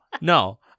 no